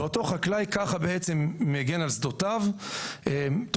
ואותו חקלאי ככה בעצם מגן על שדותיו תוך